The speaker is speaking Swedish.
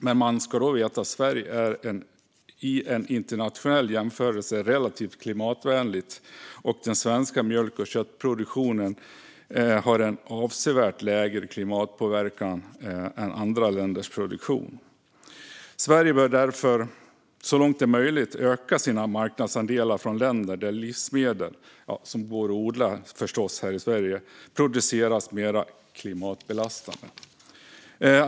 Men man ska då veta att Sverige i en internationell jämförelse är relativt klimatvänligt och att den svenska mjölk och köttproduktionen har en avsevärt lägre klimatpåverkan än andra länders produktion. Sverige bör därför så långt det är möjligt öka sina marknadsandelar på bekostnad av länder där livsmedel som går att odla här i Sverige produceras mer klimatbelastande.